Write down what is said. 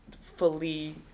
fully